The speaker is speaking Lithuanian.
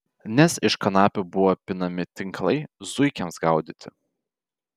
nes iš kanapių buvo pinami tinklai zuikiams gaudyti